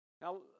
Now